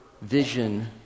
vision